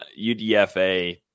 UDFA